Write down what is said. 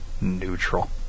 Neutral